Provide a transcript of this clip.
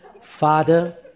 Father